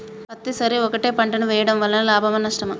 పత్తి సరి ఒకటే పంట ని వేయడం వలన లాభమా నష్టమా?